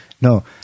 no